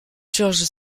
jorge